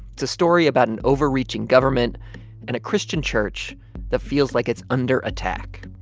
it's a story about an overreaching government and a christian church that feels like it's under attack.